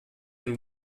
den